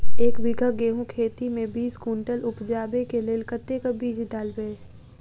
एक बीघा गेंहूँ खेती मे बीस कुनटल उपजाबै केँ लेल कतेक बीज डालबै?